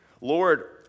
Lord